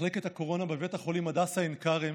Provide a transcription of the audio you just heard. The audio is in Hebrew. מחלקת הקורונה בבית החולים הדסה עין כרם